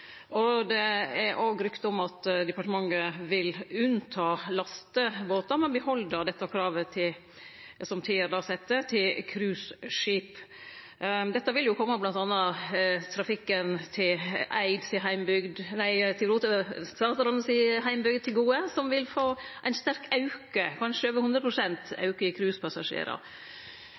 Det er òg rykte om at departementet vil sjå bort frå lastebåtar, men beheld det kravet som Tier set, til cruiseskip. Dette vil bl.a. kome trafikken til statsråden si heimbygd, Eid, til gode, som vil få ein sterk auke – kanskje over 100 pst. auke i